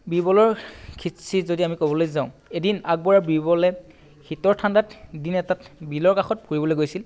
বীৰবলৰ হিষ্ট্ৰীত যদি আমি ক'বলৈ এদিন আকবৰে বীৰবলে শীতৰ ঠাণ্ডাত দিন এটাত বিলৰ কাষত ফুৰিবলৈ গৈছিল